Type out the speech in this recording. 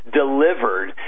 delivered